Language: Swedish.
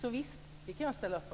Visst, det kan vi ställa upp på.